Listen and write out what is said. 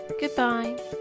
Goodbye